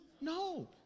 No